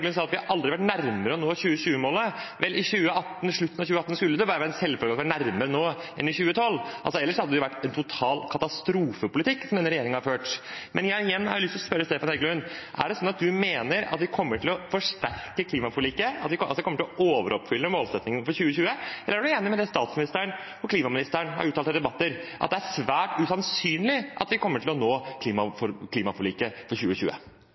Heggelund sa at vi aldri har vært nærmere å nå 2020-målene. Vel, nå i slutten av 2018 skulle det være en selvfølge at vi var nærmere enn i 2012. Ellers hadde det vært en total katastrofepolitikk denne regjeringen har ført. Igjen har jeg lyst til å spørre Stefan Heggelund: Mener han at vi kommer til å forsterke klimaforliket og overoppfylle målsettingene for 2020, eller er han enig i det statsministeren og klimaministeren har uttalt i debatter, at det er svært usannsynlig at vi kommer til å nå klimaforliket for 2020?